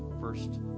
first